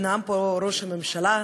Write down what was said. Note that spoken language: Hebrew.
נאם פה ראש הממשלה,